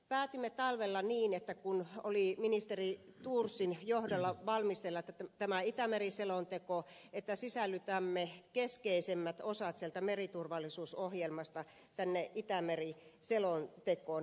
päätimme talvella niin kun ministeri thorsin johdolla oli valmisteilla tämä itämeri selonteko että sisällytämme keskeisemmät osat sieltä meriturvallisuusohjelmasta tänne itämeri selontekoon